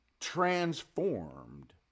transformed